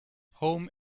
home